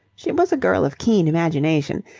she was a girl of keen imagination,